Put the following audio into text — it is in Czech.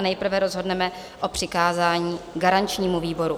Nejprve rozhodneme o přikázání garančnímu výboru.